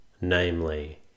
namely